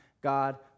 God